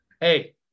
Hey